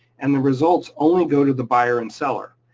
and the results only go to the buyer and seller.